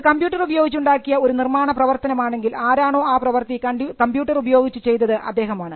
ഒരു കമ്പ്യൂട്ടർ ഉപയോഗിച്ച് ഉണ്ടാക്കിയ ഒരു നിർമാണ പ്രവർത്തനം ആണെങ്കിൽ ആരാണോ ആ പ്രവർത്തി കമ്പ്യൂട്ടർ ഉപയോഗിച്ച് ചെയ്തത് അദ്ദേഹമാണ്